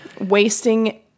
Wasting